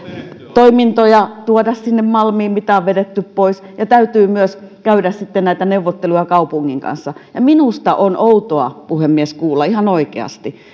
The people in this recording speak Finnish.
tuoda malmille toimintoja mitä on vedetty pois ja täytyy myös käydä sitten neuvotteluja kaupungin kanssa minusta on outoa kuulla puhemies ihan oikeasti